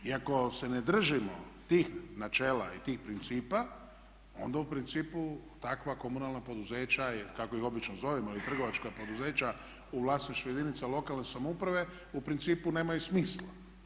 I ako se ne držimo tih načela i tih principa onda u principu takva komunalna poduzeća ili kako ih obično zovemo ili trgovačka poduzeća u vlasništvu jedinica lokalne samouprave u principu nemaju smisla.